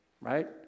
Right